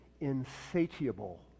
insatiable